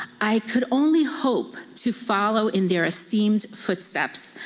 i could only hope to follow in their esteemed footsteps.